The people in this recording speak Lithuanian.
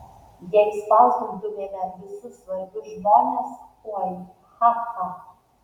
jei spausdintumėme visus svarbius žmones oi cha cha